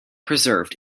preserved